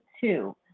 two